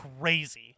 crazy